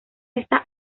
esta